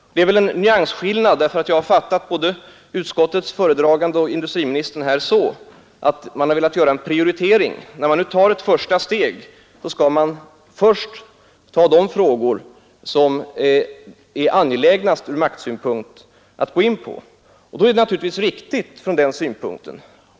Men det är väl en nyansskillnad; jag har fattat uttalandena både från utskottets föredragande och industriministern under debatten så att man har velat göra en prioritering. När man nu tar ett första steg skall man först inrikta sig på de frågor som ur maktsynpunkt är mest angelägna.